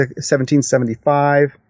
1775